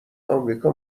امریکا